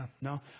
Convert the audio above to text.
no